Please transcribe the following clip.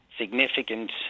significant